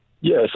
Yes